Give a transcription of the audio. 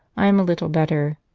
i am a little better,